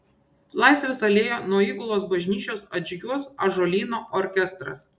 laisvės alėja nuo įgulos bažnyčios atžygiuos ąžuolyno orkestras